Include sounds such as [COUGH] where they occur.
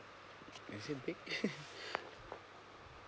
that is big [LAUGHS]